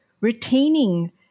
retaining